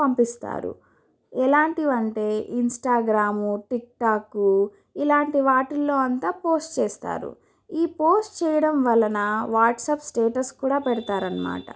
పంపిస్తారు ఎలాంటివి అంటే ఇన్స్టాగ్రామ్ టిక్టాక్ ఇలాంటి వాటిల్లో అంత పోస్ట్ చేస్తారు ఈ పోస్ట్ చేయడం వలన వాట్సాప్ స్టేటస్ కూడా పెడతారు అన్నమాట